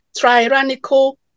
tyrannical